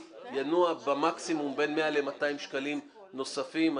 שינוע במקסימום בין 100 ל-200 שקלים נוספים.